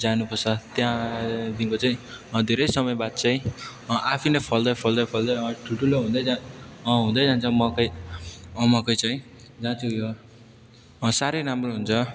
जानु पर्छ त्यहाँदेखिको चाहिँ धेरै समय बाद चाहिँ आफै नै फल्दै फल्दै फल्दै ठुल ठुलो हुँदै जान्छ हुँदै जान्छ मकै मकै चाहिँ जहाँ चाहिँ उयो साह्रै राम्रो हुन्छ